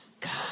God